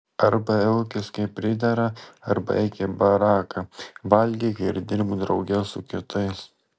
arba elkis kaip pridera arba eik į baraką valgyk ir dirbk drauge su kitais